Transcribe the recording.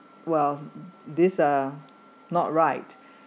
well these are not right